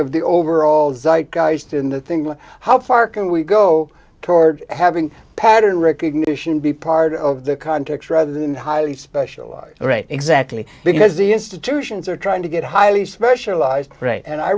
of the overall zite guised in the thinking how far can we go toward having pattern recognition be part of the context rather than highly specialized right exactly because the institutions are trying to get highly specialized right and i